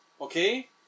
Okay